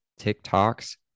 TikToks